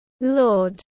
Lord